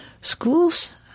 Schools